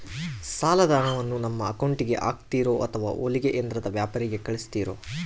ಸಾಲದ ಹಣವನ್ನು ನಮ್ಮ ಅಕೌಂಟಿಗೆ ಹಾಕ್ತಿರೋ ಅಥವಾ ಹೊಲಿಗೆ ಯಂತ್ರದ ವ್ಯಾಪಾರಿಗೆ ಕಳಿಸ್ತಿರಾ?